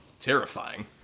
terrifying